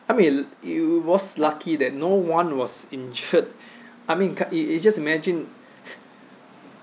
I mean it was lucky that no one was injured I mean ca~ y~ you just imagine